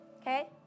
Okay